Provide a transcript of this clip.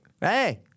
Hey